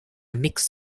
mix